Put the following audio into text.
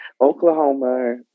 Oklahoma